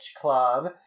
club